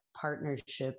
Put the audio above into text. partnerships